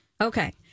Okay